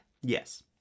Yes